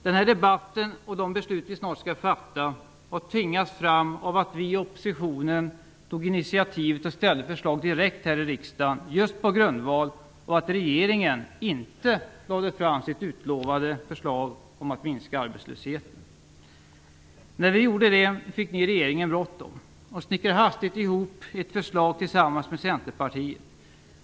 Den här debatten och de beslut vi snart skall fatta har tvingats fram av att vi i oppositionen tog initiativet och ställde förslag direkt här i riksdagen, just på grundval av att regeringen inte lade fram sitt utlovade förslag om att minska arbetslösheten. När vi gjorde det fick ni i regeringen bråttom, och snickrade hastigt ihop ett förslag tillsammans med Centerpartiet.